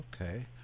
Okay